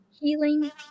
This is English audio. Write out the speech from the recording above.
healing